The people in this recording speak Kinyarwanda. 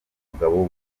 umugabo